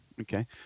Okay